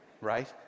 Right